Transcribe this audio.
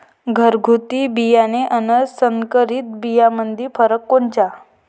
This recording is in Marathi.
घरगुती बियाणे अन संकरीत बियाणामंदी फरक कोनचा?